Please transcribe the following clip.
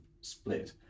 split